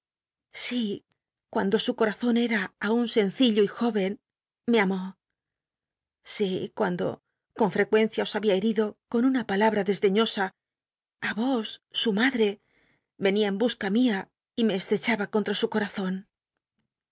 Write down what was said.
si cuando su coazon era aun sencillo y jóvcn me amó si cuando con frecuencia os babia herido con una palabra de deiiosa i vos su madre venia en busca mia y me eslrechaba contra su corazon